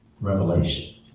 Revelation